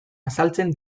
azaltzen